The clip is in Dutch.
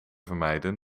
vermijden